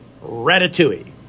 ratatouille